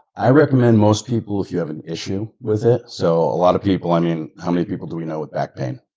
i recommend most people if you have an issue with it. so, a lot of people, i mean, how many people do we know with back pain?